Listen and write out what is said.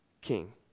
king